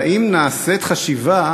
האם נעשית חשיבה